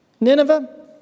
Nineveh